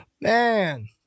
Man